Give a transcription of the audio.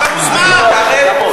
אתה מוזמן,